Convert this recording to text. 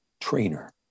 trainer